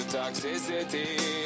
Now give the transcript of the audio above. toxicity